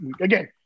again